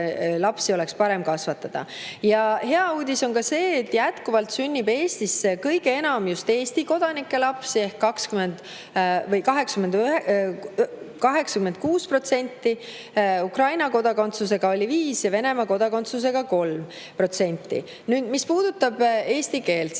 lapsi oleks parem kasvatada. Hea uudis on ka see, et jätkuvalt sünnib Eestis kõige enam just Eesti kodanike lapsi ehk 86%, Ukraina kodakondsusega on olnud 5% ja Venemaa kodakondsusega 3%. Nüüd, mis puudutab eesti keelt, siis